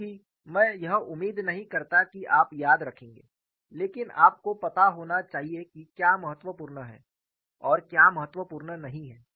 क्योंकि मैं यह उम्मीद नहीं करता कि आप याद रखेंगे लेकिन आपको पता होना चाहिए कि क्या महत्वपूर्ण है और क्या महत्वपूर्ण नहीं है